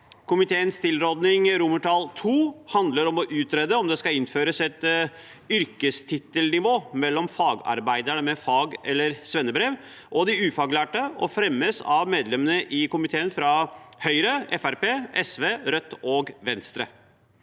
Komiteens tilråding II handler om å utrede om det skal innføres et yrkestittelnivå mellom fagarbeiderne med fag- eller svennebrev og de ufaglærte, og fremmes av komiteens medlemmer fra Høyre, Fremskrittspartiet, SV, Rødt og Venstre.